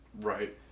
Right